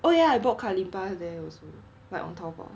oh ya I bought kalimba there also like on taobao